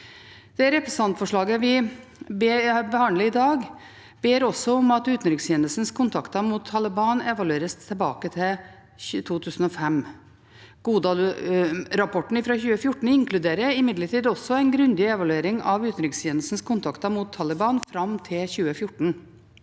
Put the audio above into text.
Det representantforslaget vi behandler i dag, ber også om at utenrikstjenestens kontakter mot Taliban evalueres tilbake til 2005. Godal-rapporten fra 2014 inkluderer imidlertid også en grundig evaluering av utenrikstjenestens kontakter mot Taliban fram til 2014,